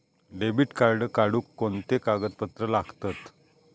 Debit card काढुक कोणते कागदपत्र लागतत?